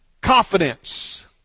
confidence